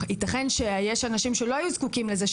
ייתכן שיש אנשים שלא היו זקוקים לזה,